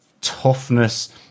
toughness